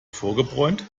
vorgebräunt